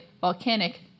volcanic